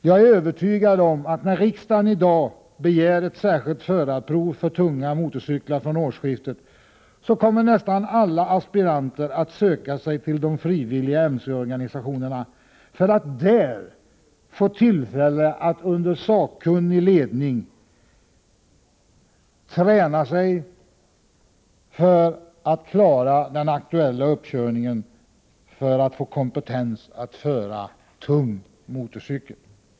Jag är övertygad om att när riksdagen i dag begär att det från årsskiftet skall införas ett särskilt förarprov för tung motorcykel, kommer nästan alla aspiranter att söka sig till de frivilliga motorcykelorganisationerna för att där få tillfälle att under sakkunnig ledning träna sig för att klara den aktuella uppkörningen och för att få kompetens att föra tung motorcykel.